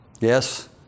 Yes